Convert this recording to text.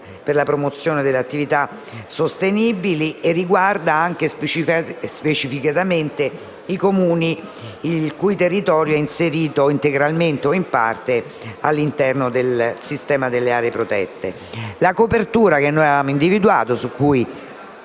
e la promozione delle attività sostenibili. Esso riguarda anche specificamente i Comuni il cui territorio è inserito, integralmente o in parte, all'interno del sistema delle aree protette. La copertura che avevamo individuato (e su cui